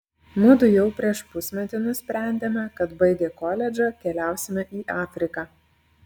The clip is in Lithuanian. mudu jau prieš pusmetį nusprendėme kad baigę koledžą keliausime į afriką